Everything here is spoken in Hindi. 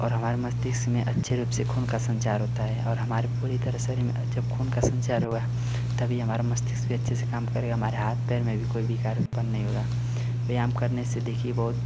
और हमारा मस्तिष्क में अच्छे रूप से खून का संचार होता है और हमारे पूरी तरह शरीर में जब खून का संचार हुआ तभी हमारा मस्तिष्क भी अच्छे से काम करेगा हमारे हाथ पैर में कोई विकार उत्पन्न नहीं होगा व्यायाम करने से देखिए बहुत